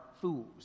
fools